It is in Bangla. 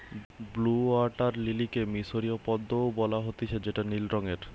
ব্লউ ওয়াটার লিলিকে মিশরীয় পদ্ম ও বলা হতিছে যেটা নীল রঙের